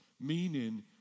meaning